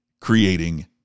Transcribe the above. creating